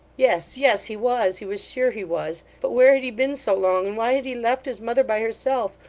yes, yes, he was he was sure he was. but where had he been so long, and why had he left his mother by herself,